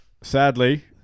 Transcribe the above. Sadly